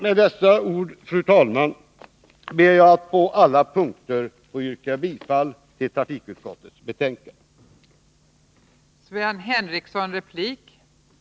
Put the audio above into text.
Med dessa ord, fru talman, ber jag att på alla punkter få yrka bifall till hemställan i trafikutskottets betänkande nr 15.